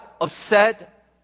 upset